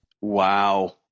Wow